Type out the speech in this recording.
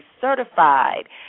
certified